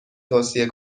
توصیه